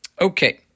Okay